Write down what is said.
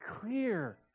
clear